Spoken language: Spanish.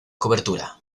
cobertura